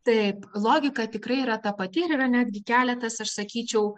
taip logika tikrai yra ta pati ir yra netgi keletas aš sakyčiau